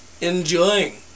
enjoying